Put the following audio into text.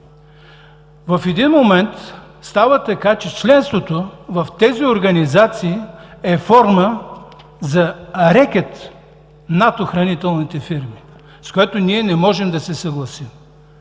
В един момент става така, че членството в тези организации е форма за рекет над охранителните фирми, с което ние не можем да се съгласим.